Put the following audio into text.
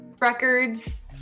records